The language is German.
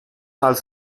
als